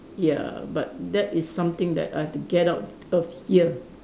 ya but that is something that I've to get out of here